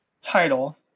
title